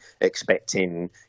expecting